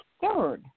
third